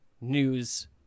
news